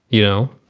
you know.